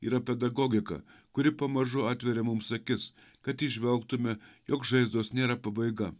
yra pedagogika kuri pamažu atveria mums akis kad įžvelgtume jog žaizdos nėra pabaiga